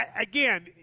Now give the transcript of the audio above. Again